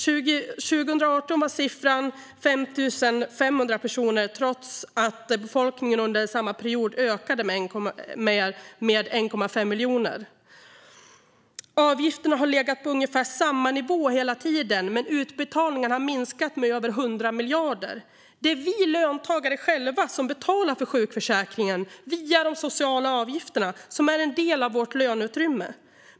År 2018 var siffran 5 500 personer, trots att befolkningen hade ökat med 1,5 miljoner. Avgifterna har legat på ungefär samma nivå hela tiden, men utbetalningarna har minskat med över 100 miljarder. Det är vi löntagare som betalar för sjukförsäkringen via de sociala avgifterna, som är en del av vårt löneutrymme.